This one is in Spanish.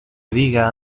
diga